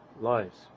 lives